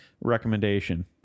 recommendation